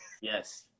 Yes